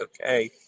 okay